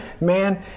man